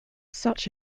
such